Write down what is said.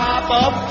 Pop-up